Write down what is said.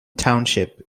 township